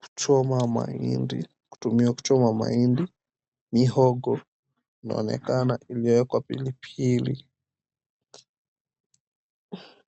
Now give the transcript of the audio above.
kuchoma mahindi kutumiwa kuchoma mahindi, mihogo inonekana ilioekwa pilipili.